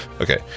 Okay